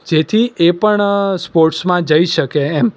જેથી એ પણ સ્પોર્ટ્સમાં જઈ શકે એમ